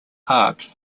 art